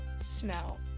Smell